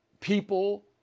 people